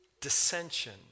Dissension